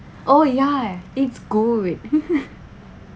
oh ya it's good